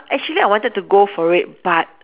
actually I wanted to go for it but